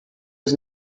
was